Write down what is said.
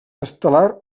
estel·lar